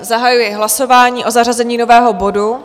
Zahajuji hlasování o zařazení nového bodu.